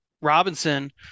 Robinson